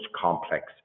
complex